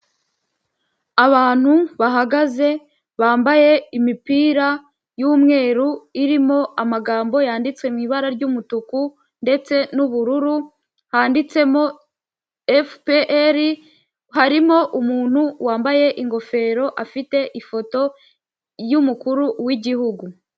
Abantu bahagaze bambaye imipira yumweru irimo amagambo yanditse mu ibara ry'umutuku ndetse n'ubururu handitsemo efuperi, harimo umuntu wambaye ingofero afite ifoto yumukuru w'igihugu.